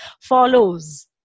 follows